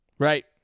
right